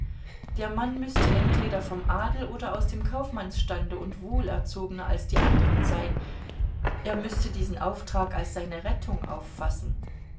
der mann müßte entweder vom adel oder aus dem kaufmannsstande und wohlerzogener als die anderen sein er müßte diesen auftrag als seine rettung auffassen